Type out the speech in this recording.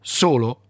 solo